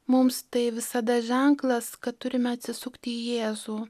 mums tai visada ženklas kad turime atsisukti į jėzų